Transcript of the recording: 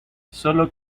solo